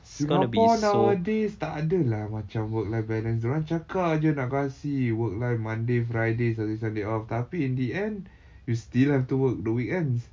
singapore nowadays tak ada lah macam work life balance dia orang cakap jer nak kasih work life monday friday saturday sunday off tapi in the end you still have to work the weekends